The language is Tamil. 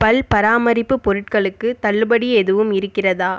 பல் பராமரிப்பு பொருட்களுக்கு தள்ளுபடி எதுவும் இருக்கிறதா